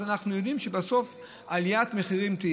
אז אנחנו יודעים שבסוף תהיה עליית מחירים.